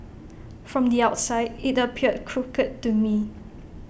from the outside IT appeared crooked to me